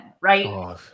Right